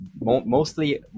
mostly